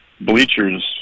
bleachers